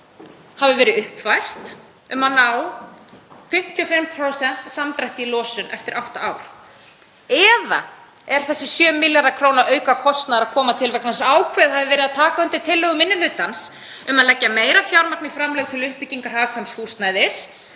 hafi verið uppfært um að ná 55% samdrætti í losun eftir átta ár. Ekki kemur þessi 7 milljarða kr. aukakostnaðar heldur til vegna þess að ákveðið hafi verið að taka undir tillögur minni hlutans um að leggja meira fjármagn í framlög til uppbyggingar hagkvæms húsnæðis,